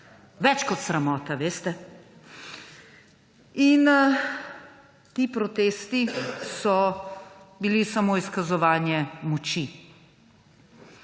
Več kot sramota, veste. In ti protesti so bili samo izkazovanje moči.